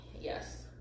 Yes